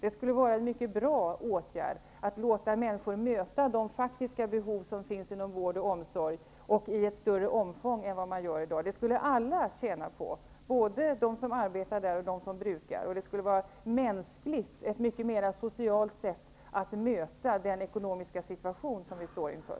Det skulle vara en mycket bra åtgärd att låta människor möta de faktiska behov som finns inom vård och omsorg i ett större omfång än i dag. Det skulle alla tjäna på, både de som arbetar och de som brukar. Det skulle vara ett mänskligt och mycket mera socialt sätt att möta den ekonomiska situation som vi står inför.